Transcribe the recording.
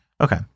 okay